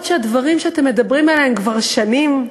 שהדברים שאתם מדברים עליהם כבר שנים,